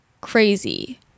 crazy